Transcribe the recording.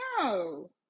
No